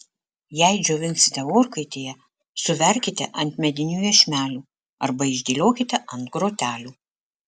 jei džiovinsite orkaitėje suverkite ant medinių iešmelių arba išdėliokite ant grotelių